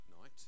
night